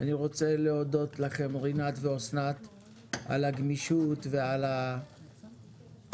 אני רוצה להודות לכם רינת ואסנת על הגמישות ועל האפשרות